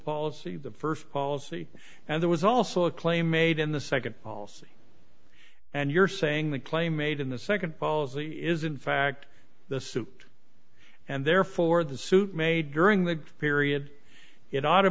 policy the st policy and there was also a claim made in the nd policy and you're saying the claim made in the nd policy is in fact the suit and therefore the suit made during the period it ought